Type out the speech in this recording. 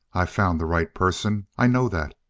i've found the right person. i know that.